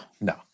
no